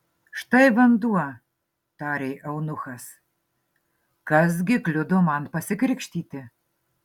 štai vanduo tarė eunuchas kas gi kliudo man pasikrikštyti